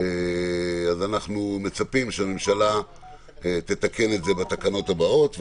אנחנו מצפים שהממשלה תתקן את זה בתקנות הבאות.